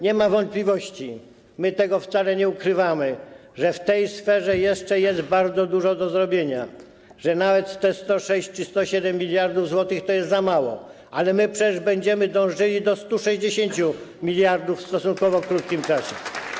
Nie ma wątpliwości, my tego wcale nie ukrywamy, że w tej sferze jest jeszcze bardzo dużo do zrobienia, że nawet te 106 czy 107 mld zł to jest za mało, ale my przecież będziemy dążyli do 160 mld w stosunkowo krótkim czasie.